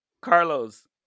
Carlos